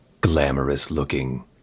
glamorous-looking